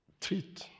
treat